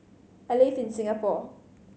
I live in Singapore